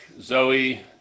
Zoe